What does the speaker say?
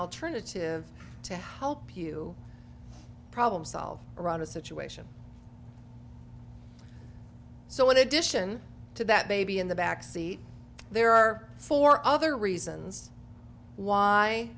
alternative to help you problem solve around a situation so in addition to that baby in the backseat there are four other reasons why